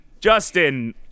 Justin